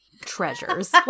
treasures